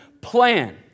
plan